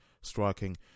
striking